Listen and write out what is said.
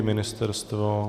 Ministerstvo?